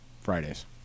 Fridays